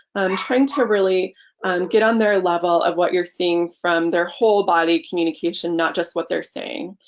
i'm trying to really get on their level of what you're seeing from their whole body communication not just what they're saying.